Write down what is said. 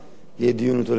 יהיה דיון אתו לגבי